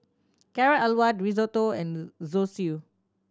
Carrot Halwa Risotto and Zosui